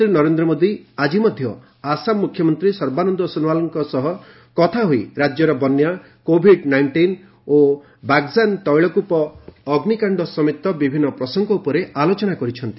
ପ୍ରଧାନମନ୍ତ୍ରୀ ନରେନ୍ଦ୍ର ମୋଦୀ ଆଜି ମଧ୍ୟ ଆସାମ ମୁଖ୍ୟମନ୍ତ୍ରୀ ସର୍ବାନନ୍ଦ ସୋନୱାଲଙ୍କ ସହ କଥା ହୋଇ ରାଜ୍ୟର ବନ୍ୟା କୋଭିଡ୍ ନାଇଷ୍ଟିନ ଓ ବାଗ୍ଜାନ୍ ତୈଳକୂପ ଅଗ୍ନିକାଣ୍ଡ ସମେତ ବିଭିନ୍ନ ପ୍ରସଙ୍ଗ ଉପରେ ଆଲୋଚନା କରିଛନ୍ତି